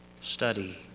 study